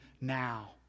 now